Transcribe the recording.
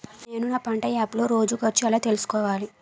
నేను నా పంట యాప్ లో రోజు ఖర్చు ఎలా తెల్సుకోవచ్చు?